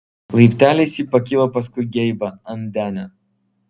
laipteliais ji pakilo paskui geibą ant denio